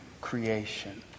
creation